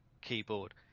keyboard